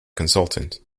consultant